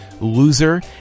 loser